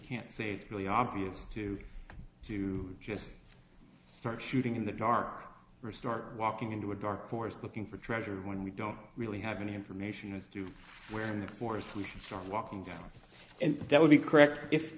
can't say it's really obvious to do just start shooting in the dark for a start walking into a dark forest looking for treasure when we don't really have any information as to where in the course we should start walking down and that would be correct if